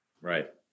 Right